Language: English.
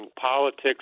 politics